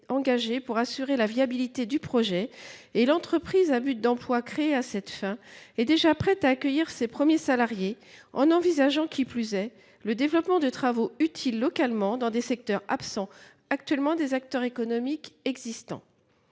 pour assurer la viabilité du projet. L’entreprise à but d’emploi (EBE) créée à cette fin est déjà prête à accueillir ses premiers salariés, en envisageant, qui plus est, le développement de travaux utiles localement, dans des secteurs absents actuellement parmi les acteurs économiques existants.